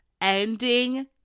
ending